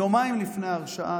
יומיים לפני ההרשעה,